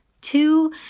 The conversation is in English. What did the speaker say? Two